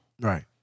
Right